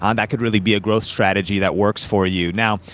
um that could really be a growth strategy that works for you. now,